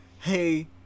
hey